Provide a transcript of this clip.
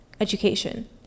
education